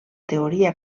teoria